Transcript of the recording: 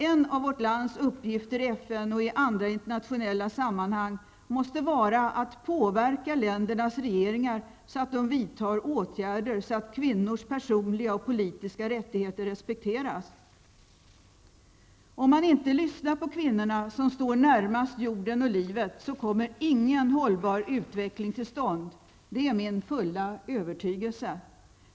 En av vårt lands uppgifter i FN och i andra internationella sammanhang måste vara att påverka ländernas regeringar till att vidta åtgärder så att kvinnornas personliga och politiska rättigheter respekteras. Om man inte lyssnar på kvinnorna, som står närmast jorden och livet, kommer ingen hållbar utveckling till stånd. Det är min fulla övertygelse.